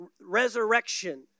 resurrection